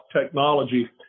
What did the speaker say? technology